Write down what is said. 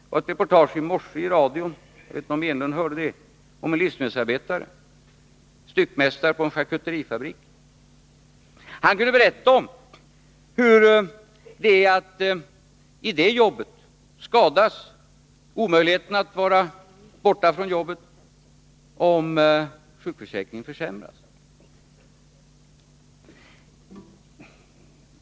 Jag lyssnade i radion i morse till ett reportage — jag vet inte om Eric Enlund också gjorde det — där en styckmästare på en charkuterifabrik uttalade sig. Han berättade om hur lätt det är att råka ut för skador i det jobbet och hur omöjligt det är att stanna hemma om sjukförsäkringen försämras.